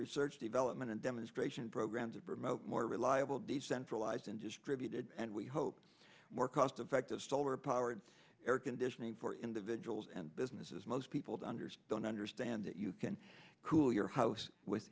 research development and demonstration program to promote more reliable decentralized and distributed and we hope more cost effective solar powered air conditioning for individuals and businesses most people to understand understand that you can cool your house with